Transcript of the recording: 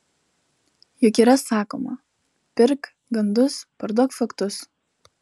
juk yra sakoma pirk gandus parduok faktus